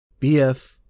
BF